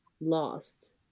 lost